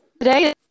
Today